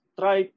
try